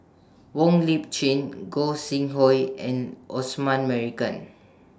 Wong Lip Chin Gog Sing Hooi and Osman Merican